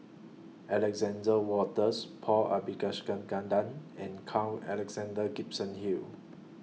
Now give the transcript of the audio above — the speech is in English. Alexander Wolters Paul Abisheganaden and Carl Alexander Gibson Hill